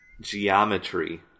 Geometry